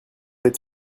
êtes